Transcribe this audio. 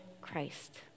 Christ